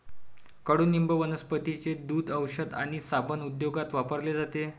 कडुनिंब वनस्पतींचे दूध, औषध आणि साबण उद्योगात वापरले जाते